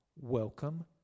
welcome